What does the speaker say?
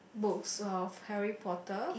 books of Harry Potter